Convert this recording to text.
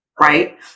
right